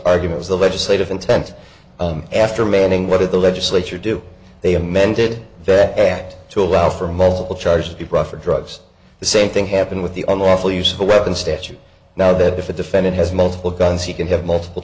argument is the legislative intent after manning what the legislature do they amended that act to allow for multiple charges to be brought for drugs the same thing happened with the on the lawful use of a weapon statute now that if a defendant has multiple guns he can have multiple